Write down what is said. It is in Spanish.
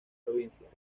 provincias